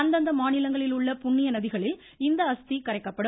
அந்தந்த மாநிலங்களில் உள்ள புன்னிய நதிகளில் இந்த அஸ்தி கரைக்கப்படும்